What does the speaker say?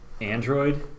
Android